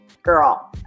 Girl